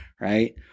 right